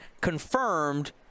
Confirmed